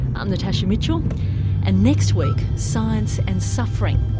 i'm natasha mitchell and next week science and suffering,